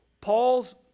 Paul's